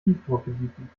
tiefdruckgebieten